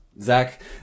zach